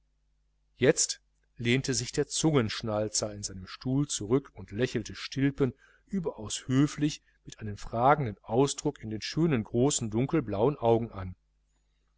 jetzt lehnte sich der zungenschnalzer in seinen stuhl zurück und lächelte stilpen überaus höflich mit einem fragenden ausdruck in den schönen großen dunkelblauen augen an